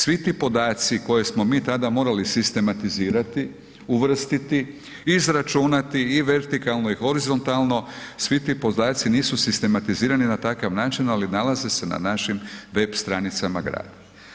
Svi ti podaci koje smo mi tada morali sistematizirati, uvrstiti, izračunati i vertikalno i horizontalno, svi ti podaci nisu sistematizirani na takav način ali nalaze se na našim web stranicama grada.